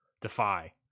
Defy